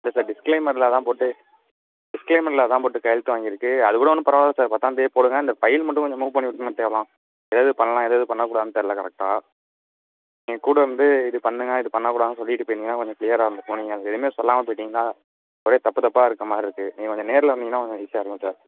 இல்லை சார் டிஸ்க்ளைமரில் அதான் போட்டு டிஸ்க்ளைமரில் அதான் போட்டு கையெழுத்து வாங்கிருக்கு அது கூட ஒன்றும் பரவாயில்லை சார் பத்தாம்தேதியே போடுங்கள் அந்த ஃபைல் மட்டும் கொஞ்சம் மூவ் பண்ணிவிட்டிங்கன்னா தேவலாம் எதெது பண்ணலாம் எதெது பண்ணக்கூடாதுன்னு தெரில கரெக்டாக நீங்கள் கூட இருந்து இது பண்ணுங்கள் இது பண்ணக்கூடாது சொல்லிவிட்டு போயிருந்திங்கன்னா கொஞ்சம் க்ளீயராக இருந்துருக்கும் நீங்கள் அது எதுவுமே சொல்லாமல் போய்விட்டிங்களா எதோ தப்பு தப்பாக இருக்கமாதிரி இருக்கு நீங்கள் கொஞ்சம் நேரில வந்திங்கன்னா கொஞ்சம் ஈஸியாக இருக்கும் சார்